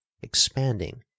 expanding